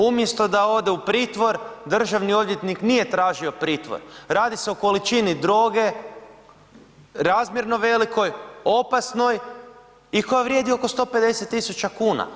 Umjesto da ode u pritvor, državni odvjetnik nije traži pritvor, radi se o količini droge razmjerno velikoj, opasnoj i koja vrijedi oko 150 000 kuna.